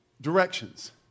directions